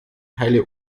teile